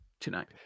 tonight